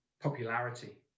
popularity